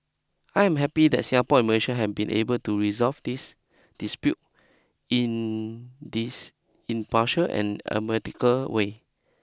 I am happy that Singapore and Malaysia have been able to resolve this dispute in this impartial and a medical way